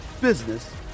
business